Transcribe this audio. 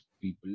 people